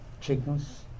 chickens